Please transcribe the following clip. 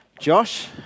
Josh